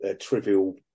trivial